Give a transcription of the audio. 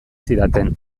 zidaten